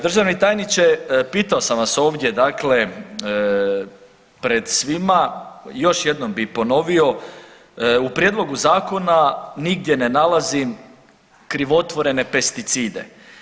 Državni tajniče, pitao sam vas ovdje dakle pred svima, još jednom bi ponovio, u prijedlogu zakona nigdje ne nalazim krivotvorene pesticide.